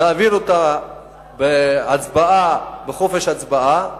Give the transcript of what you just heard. נעביר אותה בחופש הצבעה,